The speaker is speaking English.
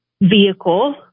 vehicle